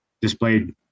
displayed